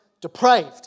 depraved